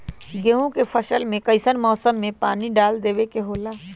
गेहूं के फसल में कइसन मौसम में पानी डालें देबे के होला?